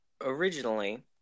originally